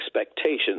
expectations